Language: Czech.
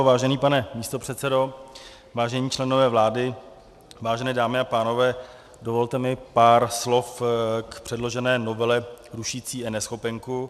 Vážený pane místopředsedo, vážení členové vlády, vážené dámy a pánové, dovolte mi pár slov k předložené novele rušící eNeschopenku.